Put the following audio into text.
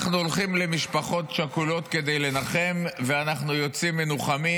אנחנו הולכים למשפחות שכולות כדי לנחם ואנחנו יוצאים מנוחמים,